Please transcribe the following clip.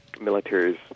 military's